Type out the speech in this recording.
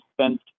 spent